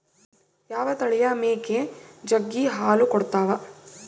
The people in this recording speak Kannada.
ಯಾವ ತಳಿಯ ಮೇಕೆ ಜಗ್ಗಿ ಹಾಲು ಕೊಡ್ತಾವ?